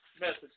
message